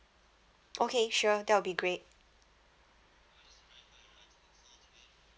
okay sure that will be great